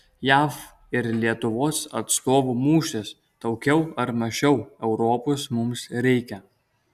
jav ir lietuvos atstovų mūšis daugiau ar mažiau europos mums reikia